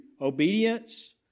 obedience